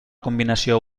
combinació